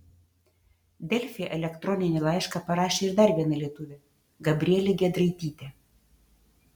delfi elektroninį laišką parašė ir dar viena lietuvė gabrielė giedraitytė